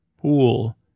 Pool